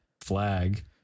flag